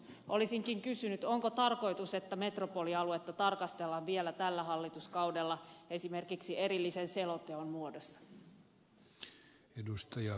olisinkin kysynyt onko tarkoitus että metropolialuetta tarkastellaan vielä tällä hallituskaudella esimerkiksi erillisen selonteon muodossa